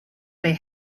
they